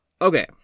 Okay